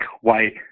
white